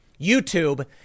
YouTube